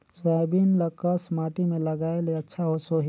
Soybean ल कस माटी मे लगाय ले अच्छा सोही?